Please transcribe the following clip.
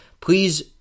Please